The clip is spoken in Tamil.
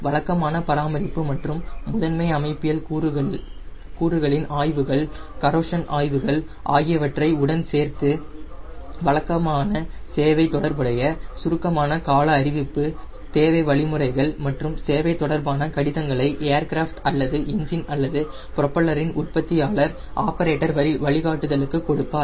வழக்கமான பராமரிப்பு மற்றும் முதன்மை அமைப்பியல் கூறுளின் ஆய்வுகள் கரோஷன் ஆய்வுகள் ஆகியவற்றை உடன் சேர்த்து வழக்கமான சேவை தொடர்புடைய சுருக்கமான கால அறிவிப்பு தேவை வழிமுறைகள் மற்றும் சேவை தொடர்பான கடிதங்களை ஏர்கிராஃப்ட் அல்லது என்ஜின் அல்லது ப்ரொப்பல்லரின் உற்பத்தியாளர் ஆப்பரேட்டர் வழிகாட்டுதலுக்கு கொடுப்பார்